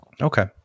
Okay